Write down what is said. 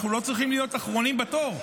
אנחנו לא צריכים להיות אחרונים בתור,